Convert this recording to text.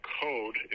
code